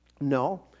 No